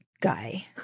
guy